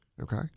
okay